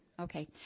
Okay